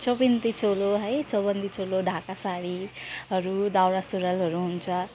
चौबन्दी चोलो है चौबन्दी चोलो ढाका साडी हरू दौरा सुरुवालहरू हुन्छ